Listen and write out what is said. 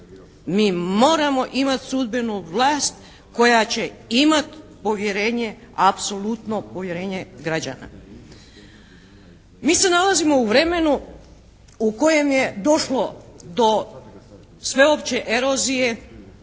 Mi moramo imat sudbenu vlast koja će imat povjerenje, apsolutno povjerenje građana. Mi se nalazimo u vremenu u kojem je došlo do sveopće erozije